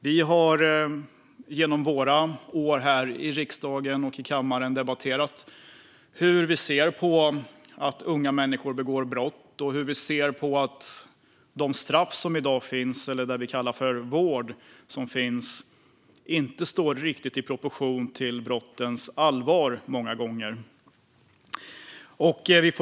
Vi har genom våra år i riksdagen och i kammaren debatterat hur vi ser på att unga människor begår brott och hur vi ser på att straffen, eller det som kallas vård, många gånger inte riktigt står i proportion till brottens allvar.